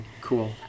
Cool